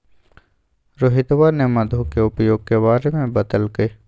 रोहितवा ने मधु के उपयोग के बारे में बतल कई